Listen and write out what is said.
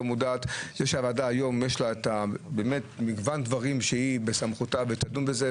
מודעת היום יש לוועדה מגוון דברים בסמכותה והיא תדון בזה,